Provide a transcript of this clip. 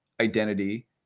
identity